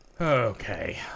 Okay